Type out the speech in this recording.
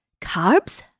carbs